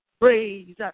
Praise